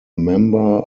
member